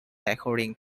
according